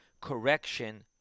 correction